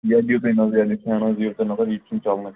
یَتھ دِیُو تُہۍ نَظر یَتھ فینَس دِیُو تُہۍ نظر یِتہِ چھُنہٕ چَلنٕے